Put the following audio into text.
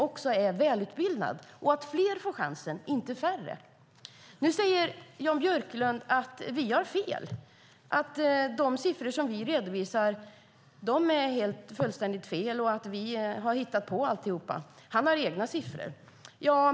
Jan Björklund säger att vi har fel, att de siffror vi har är fullständigt fel och att vi har hittat på alltihop. Han har egna siffror.